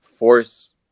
Force